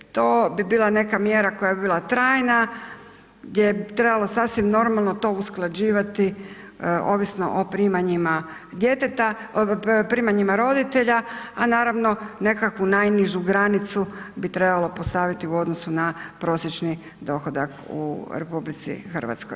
To bi bila neka mjera koja bi bila trajna gdje bi trebalo sasvim normalno to usklađivati ovisno o primanjima djeteta, primanjima roditelja, a naravno nekakvu najnižu granicu bi trebalo postaviti u odnosu na prosječni dohodak u RH.